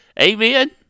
Amen